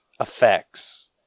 Effects